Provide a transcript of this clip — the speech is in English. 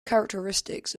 characteristics